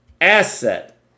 asset